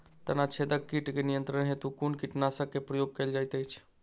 तना छेदक कीट केँ नियंत्रण हेतु कुन कीटनासक केँ प्रयोग कैल जाइत अछि?